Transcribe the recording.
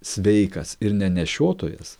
sveikas ir ne nešiotojas